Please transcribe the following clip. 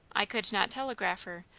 i could not telegraph her,